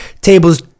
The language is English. tables